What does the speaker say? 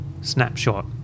snapshot